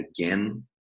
again